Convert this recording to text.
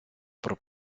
про